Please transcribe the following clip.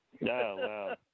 No